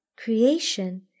Creation